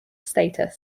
status